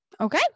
Okay